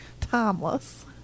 timeless